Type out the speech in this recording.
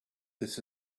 this